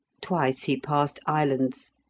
twice he passed islands,